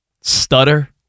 Stutter